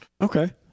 Okay